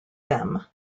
them